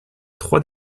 trois